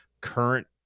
current